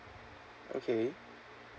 okay